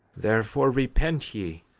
therefore repent ye,